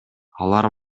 алар